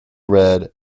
read